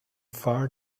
far